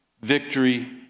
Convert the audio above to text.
victory